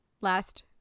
last